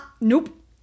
nope